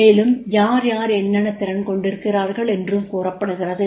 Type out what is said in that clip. மேலும் யார் யார் என்னென்ன திறன் கொண்டிருக்கிறார்கள் என்றும் கூறப்படுகிறது